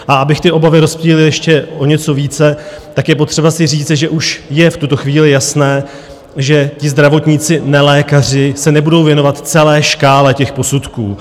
A abych ty obavy rozptýlil ještě o něco více, je potřeba si říci, že už je v tuto chvíli jasné, že zdravotníci nelékaři se nebudou věnovat celé škále těch posudků.